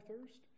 thirst